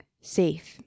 safe